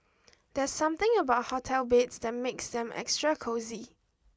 there's something about hotel beds that makes them extra cosy